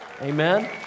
Amen